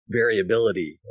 variability